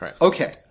Okay